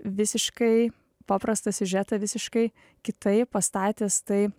visiškai paprastą siužetą visiškai kitaip pastatęs tai